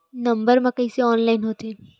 Number मा कइसे online होथे?